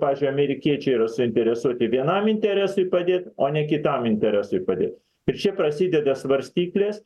pavyzdžiui amerikiečiai yra suinteresuoti vienam interesui padėt o ne kitam interesui padėt ir čia prasideda svarstyklės